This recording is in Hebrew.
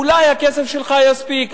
אולי הכסף שלך יספיק,